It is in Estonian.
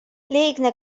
liigne